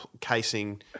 casing